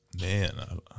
Man